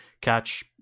catch